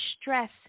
stress